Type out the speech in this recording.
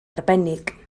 arbennig